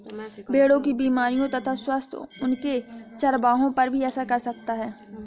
भेड़ों की बीमारियों तथा स्वास्थ्य उनके चरवाहों पर भी असर कर सकता है